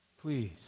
please